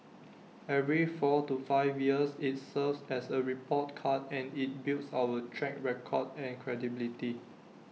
every four to five years IT serves as A report card and IT builds our track record and credibility